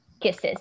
kisses